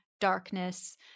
darkness